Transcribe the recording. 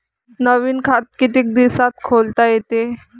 नवीन खात कितीक दिसात खोलता येते?